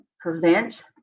prevent